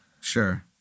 Sure